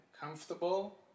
comfortable